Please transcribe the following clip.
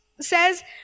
says